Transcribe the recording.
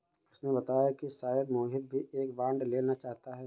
उसने बताया कि शायद मोहित भी एक बॉन्ड लेना चाहता है